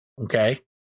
Okay